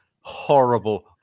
horrible